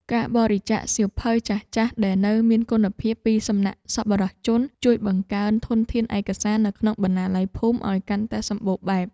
ការបរិច្ចាគសៀវភៅចាស់ៗដែលនៅមានគុណភាពពីសំណាក់សប្បុរសជន ជួយបង្កើនធនធានឯកសារនៅក្នុងបណ្ណាល័យភូមិឱ្យកាន់តែសម្បូរបែប។